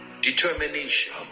determination